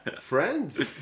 Friends